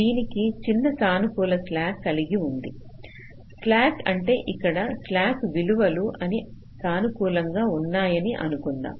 దీనికి చిన్న సానుకూల స్లాక్ కలిగి ఉంది స్లాక్ అంటే ఇక్కడ స్లాక్ విలువలు అన్నీ సానుకూలంగా ఉన్నాయని అనుకుందాం